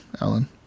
Alan